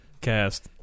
cast